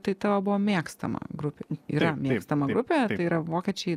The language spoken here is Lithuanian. tai tavo buvo mėgstama grupė yra mėgstama grupė ir tai yra vokiečiai